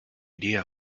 idea